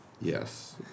Yes